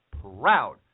proud